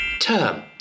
Term